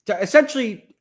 Essentially